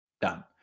Done